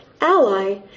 ally